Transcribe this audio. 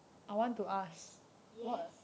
yes